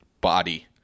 body